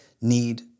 need